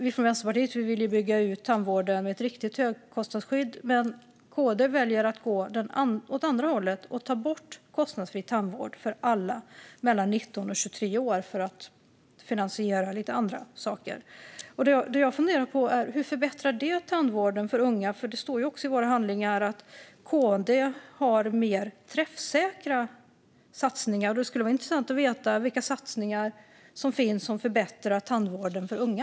Vi från Vänsterpartiet vill bygga ut tandvården med ett riktigt högkostnadsskydd, men KD väljer att gå åt andra håller och ta bort kostnadsfri tandvård för alla mellan 19 och 23 år för att finansiera andra saker. Jag funderar på hur det förbättrar tandvården för unga. Det står också i handlingarna att KD skulle ha mer träffsäkra satsningar. Det skulle vara intressant att få veta vilka satsningar det är som förbättrar tandvården för unga.